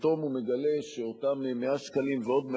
פתאום הוא מגלה שאותם 100 שקלים ועוד 100